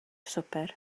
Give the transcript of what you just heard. swper